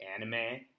anime